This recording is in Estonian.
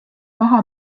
maha